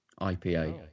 ipa